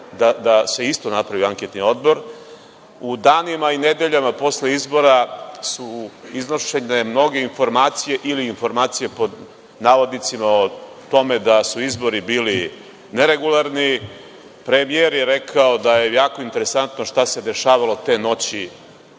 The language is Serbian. da se isto napravi anketni odbor.U danima i nedeljama posle izbora su iznošene mnoge informacije ili informacije, pod navodnicima, o tome da su izbori bili neregularni, premije je rekao da je jako interesantno šta se dešavalo te noći